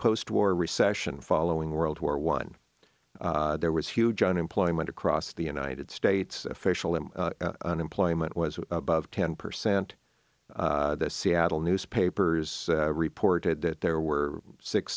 post war recession following world war one there was huge unemployment across the united states official in unemployment was above ten percent the seattle newspapers reported that there were six